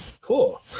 cool